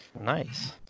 Nice